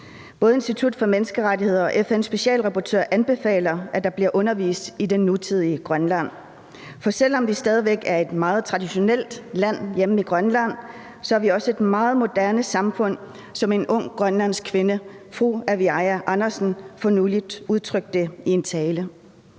Både Institut for Menneskerettigheder og FN's specialrapportør anbefaler, at der bliver undervist i det nutidige Grønland. For selv om vi stadig væk er et meget traditionelt land hjemme i Grønland, er vi også et meget moderne samfund, som en ung grønlandsk kvinde, fru Aviaja Andersen, for nylig udtrykte det i en tale.